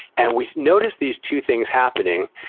and we noticed these two things happening.